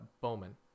Bowman